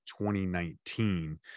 2019